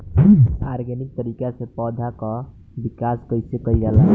Organic तरीका से पौधा क विकास कइसे कईल जाला?